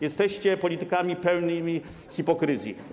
Jesteście politykami pełnymi hipokryzji.